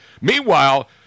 Meanwhile